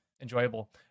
enjoyable